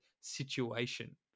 situation